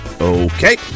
Okay